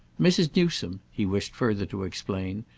mrs. newsome, he wished further to explain,